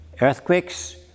Earthquakes